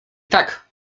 tak